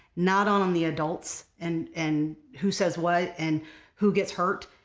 not on on the adults and and who says what and who gets hurt,